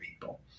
people